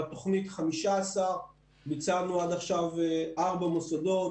בתוכנית 15, ביצענו עד עכשיו ארבעה מוסדות.